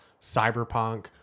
Cyberpunk